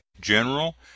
General